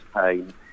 pain